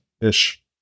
ish